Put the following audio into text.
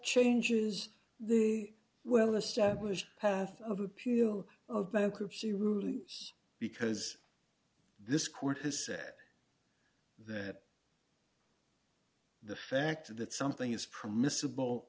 changes the well established path of appeal of bankruptcy rulings because this court has said that the fact that something is permissible